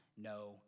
No